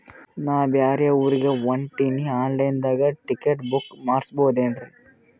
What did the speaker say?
ನಾ ಬ್ಯಾರೆ ಊರಿಗೆ ಹೊಂಟಿನ್ರಿ ಆನ್ ಲೈನ್ ದಾಗ ಟಿಕೆಟ ಬುಕ್ಕ ಮಾಡಸ್ಬೋದೇನ್ರಿ?